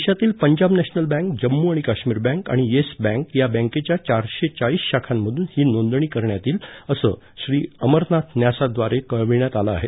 देशातील Punjab national bank Jammu आणि Kashmir bank आणि येस बँक या बँकेच्या चारशे चाळीस शाखांमधून ही नोंदणी करण्यात येईल असं श्रीअमरनाथ न्यासाद्वारे कळविण्यात आलं आहे